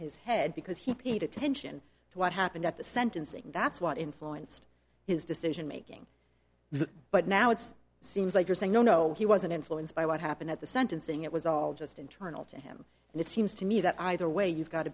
his head because he paid attention to what happened at the sentencing that's what influenced his decision making the but now it's seems like you're saying no no he wasn't influenced by what happened at the sentencing it was all just internal to him and it seems to me that either way you've got a